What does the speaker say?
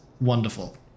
Wonderful